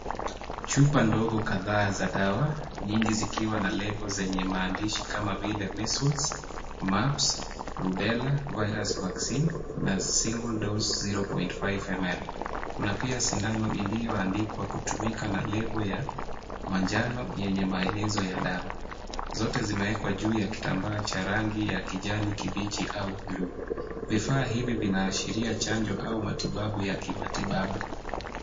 Chupa ndogo kadhaa za dawa, nyingi zikiwa na lebo zenye maandishi kama vile measiles , mumps , rubela virus vaccine , na single dose zero point five ml. Kuna pia sindano iliyo andikwa kutumika na lebo ya manjano yenye maelezo ya dawa. Zote zimewekwa juu ya kitambaa cha rangi ya kijani kibichi au bluu. Vifaa hivi vinaashiria chanjo au matibabu ya kimatibabu.